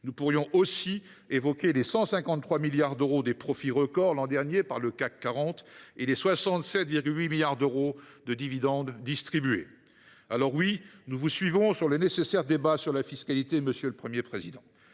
Nous pourrions aussi évoquer les 153 milliards d’euros de profits records réalisés l’an dernier par les entreprises du CAC 40 et les 67,8 milliards d’euros de dividendes distribués. Alors oui, nous vous suivons sur le nécessaire débat sur la fiscalité, monsieur le Premier président.